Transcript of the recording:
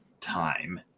time